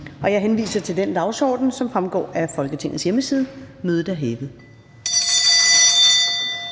Jeg henviser til den dagsorden, der fremgår af Folketingets hjemmeside. Mødet er hævet.